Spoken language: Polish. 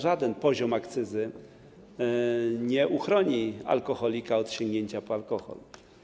Żaden poziom akcyzy nie uchroni alkoholika od sięgnięcia po alkohol.